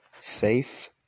Safe